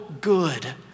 good